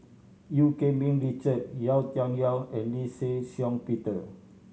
Eu Keng Mun Richard Yau Tian Yau and Lee Shih Shiong Peter